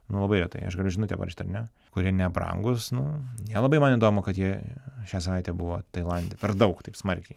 nu labai retai aš galiu žinutę parašyt ar ne kurie nebrangūs nu nelabai man įdomu kad jie šią savaitę buvo tailande per daug taip smarkiai